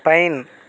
pine